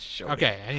Okay